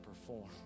perform